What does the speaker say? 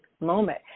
moment